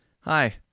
Hi